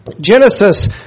Genesis